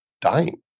dying